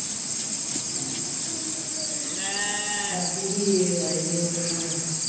बाकी फ्ही आई गे हून जि'यां